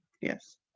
yes